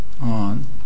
on